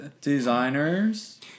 designers